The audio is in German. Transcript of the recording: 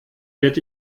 wird